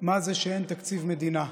מה זה כשאין תקציב מדינה.